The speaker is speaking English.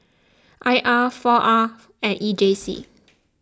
I R four R and E J C